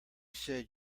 said